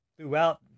throughout